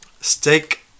Steak